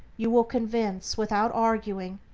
you will convince without arguing,